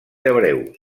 hebreu